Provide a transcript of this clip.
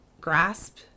grasp